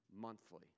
monthly